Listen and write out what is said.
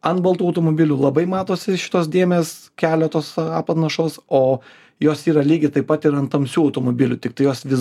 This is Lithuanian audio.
ant baltų automobilių labai matosi šitos dėmės kelio tos apnašos o jos yra lygiai taip pat ir ant tamsių automobilių tiktai jos vizualiai nesimato